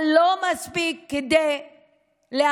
אבל לא מספיק כדי להפיל.